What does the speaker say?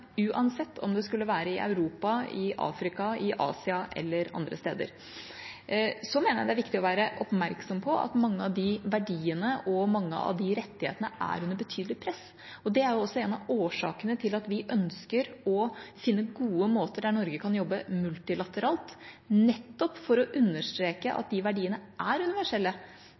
uansett om det skulle være i Europa, i Afrika, i Asia eller andre steder. Det er viktig å være oppmerksom på at mange av de verdiene og rettighetene er under et betydelig press. Det er også en av årsakene til at vi ønsker å finne gode måter for Norge å jobbe multilateralt på, nettopp for å understreke at de verdiene er universelle.